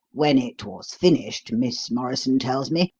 when it was finished miss morrison tells me,